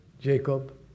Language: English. Jacob